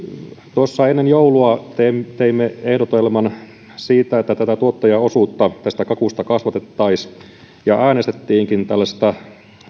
tuossa ennen joulua teimme ehdotelman siitä että tätä tuottajaosuutta tästä kakusta kasvatettaisiin ja äänestettiinkin tällaisesta